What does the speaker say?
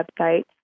website